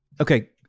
Okay